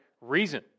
reason